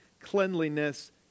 cleanliness